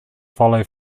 follow